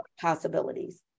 possibilities